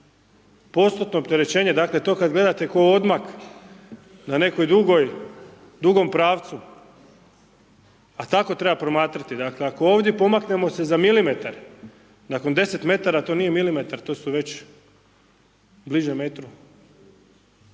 postotno opterećenje dakle to kad gledate kao odmak na nekom dugom pravcu a tako treba promatrati. Dakle ako ovdje pomaknemo se za milimetar, nakon 10 metara to nije milimetar, to su već bliže metru